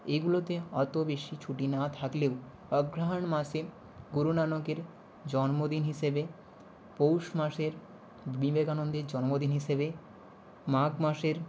এইগুলোতে অত বেশি ছুটি না থাকলেও অগ্রহায়ণ মাসে গুরু নানকের জন্মদিন হিসেবে পৌষ মাসের বিবেকানন্দের জন্মদিন হিসেবে মাঘ মাসের